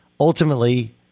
Ultimately